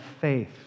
faith